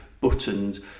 buttons